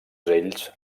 ells